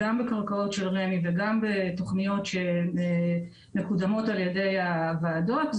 גם בקרקעות של רמ"י וגם בתוכניות שמקודמות על-ידי הוועדות,